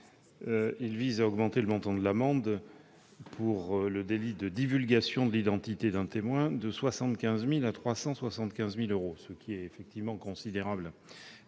en augmentant le montant de l'amende pour le délit de divulgation de l'identité d'un témoin, portant de 75 000 à 375 000 euros, ce qui est effectivement considérable,